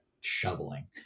shoveling